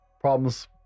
problems